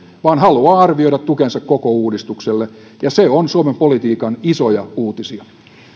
vaan haluaa arvioida tukensa koko uudistukselle ja se on suomen politiikan isoja uutisia